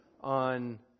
on